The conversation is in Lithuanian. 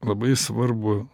labai svarbu